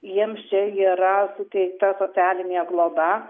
jiems čia yra suteikta socialinė globa